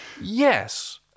Yes